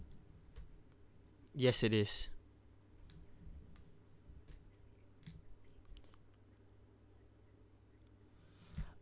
yes it is